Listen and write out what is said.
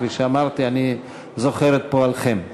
כפי שאמרתי, אני זוכר את פועלכם.